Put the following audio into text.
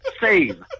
Save